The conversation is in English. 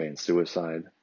Suicide